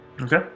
Okay